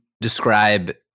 describe